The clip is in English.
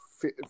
fit